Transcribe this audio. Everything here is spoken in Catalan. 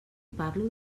parlo